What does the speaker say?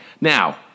Now